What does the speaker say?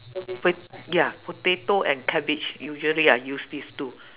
with ya potato and cabbage usually I use these two